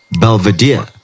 Belvedere